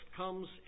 comes